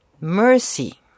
mercy